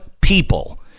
people